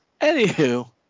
Anywho